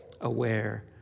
aware